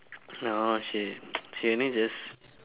no ah she she only just